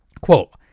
Quote